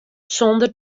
sonder